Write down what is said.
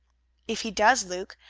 if he does, luke,